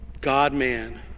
God-man